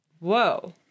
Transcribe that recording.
Whoa